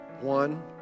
One